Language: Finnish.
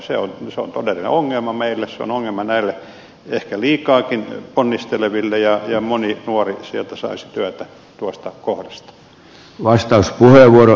se on todellinen ongelma meille se on ongelma näille ehkä liikaakin ponnisteleville ja moni nuori sieltä saisi työtä tuosta kohdasta